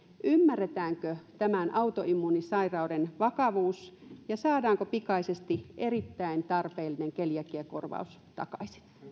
ymmärretäänkö tämän autoimmuunisairauden vakavuus ja saadaanko pikaisesti erittäin tarpeellinen keliakiakorvaus takaisin